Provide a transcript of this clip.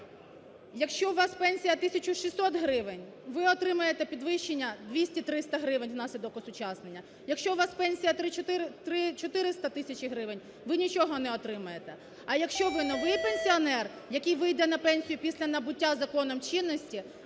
Якщо у вас пенсія тисячу 600 гривень, ви отримаєте підвищення 200-300 гривень внаслідок осучаснення. Якщо у вас пенсія 3 400 тисячі гривень, ви нічого не отримаєте. А якщо ви новий пенсіонер, який вийде на пенсію після набуття законом чинності,